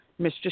Mr